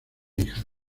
hija